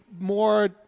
more